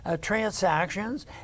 transactions